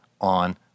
on